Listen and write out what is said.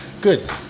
Good